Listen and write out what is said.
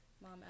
Mom